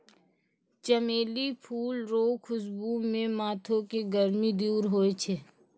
चमेली फूल रो खुशबू से माथो के गर्मी दूर होय छै